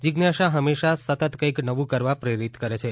જિજ્ઞાસા હંમેશા સતત કંઈક નવું કરવા પ્રેરિત કરે છે